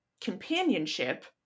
companionship